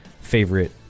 favorite